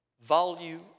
value